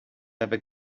ever